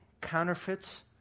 counterfeits